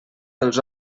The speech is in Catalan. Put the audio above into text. dels